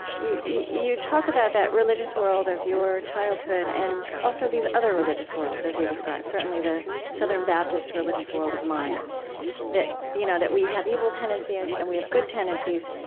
you you talk about that religious world of your childhood and also these other religious worlds, as you describe certainly the southern baptist religious world of mine that you know that we have evil tendencies and we have good tendencies,